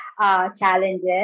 challenges